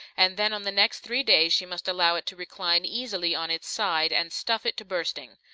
and then on the next three days she must allow it to recline easily on its side, and stuff it to bursting.